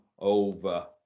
Over